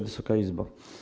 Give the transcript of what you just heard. Wysoka Izbo!